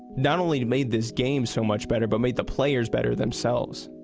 not only made this game so much better, but made the players better themselves.